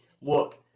look